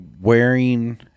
wearing